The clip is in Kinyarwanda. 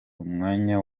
umwanya